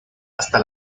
hasta